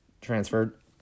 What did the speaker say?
Transferred